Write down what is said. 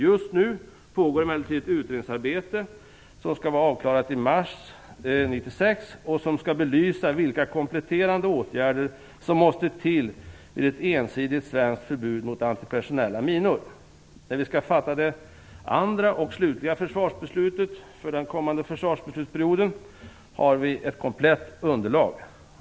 Just nu pågår emellertid ett utredningsarbete som skall vara avklarat i mars 1996 och som skall belysa vilka kompletterande åtgärder som måste till vid ett ensidigt svenskt förbud mot antipersonella minor. När vi skall fatta det andra och slutliga försvarsbeslutet för den kommande försvarsbeslutsperioden har vi ett komplett underlag.